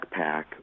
backpack